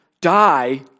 die